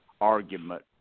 argument